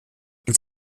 als